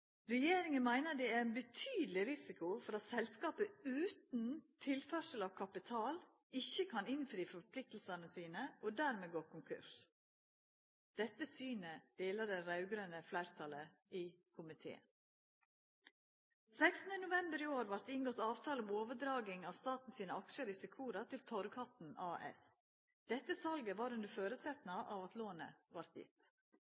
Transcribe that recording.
Regjeringa meiner det er ein betydeleg risiko for at selskapet utan tilførsel av kapital, ikkje kan innfri forpliktingane sine, og dermed gå konkurs. Dette synet deler det raud-grøne fleirtalet i komiteen. Den 16. november i år vart det inngått avtale om overdraging av staten sine aksjar i Secora til Torghatten ASA. Dette salet var under